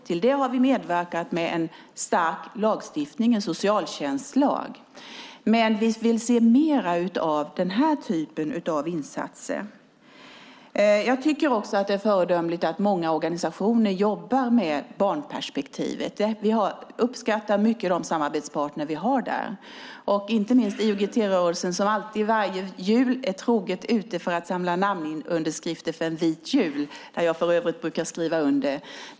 Till det har vi medverkat med en stark lagstiftning, en socialtjänstlag. Vi vill se mer av den här typen av insatser. Det är föredömligt att många organisationer jobbar med barnperspektivet. Vi uppskattar mycket de samarbetspartner vi har. Det gäller inte minst IOGT-rörelsen som varje jul troget är ute och samlar namnunderskrifter för en vit jul, något som jag brukar skriva under.